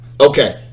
Okay